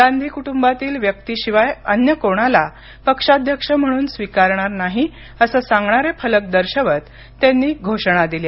गांधी कुटुंबातील व्यक्तीशिवाय अन्य कोणाला पक्षाध्यक्ष म्हणून स्वीकारणार नाही असं सांगणारे फलक दर्शवत त्यांनी घोषणा दिल्या